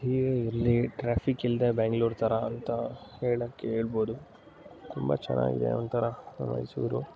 ಹೀಗೇ ಇರಲಿ ಟ್ರಾಫಿಕ್ ಇಲ್ಲದೆ ಬ್ಯಾಂಗ್ಳೂರು ಥರ ಅಂತ ಹೇಳಕ್ಕೆ ಹೇಳ್ಬೋದು ತುಂಬ ಚೆನ್ನಾಗಿದೆ ಒಂಥರಾ ಮೈಸೂರು